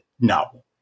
no